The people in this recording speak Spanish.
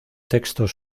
textos